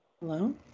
Hello